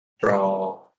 Draw